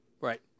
Right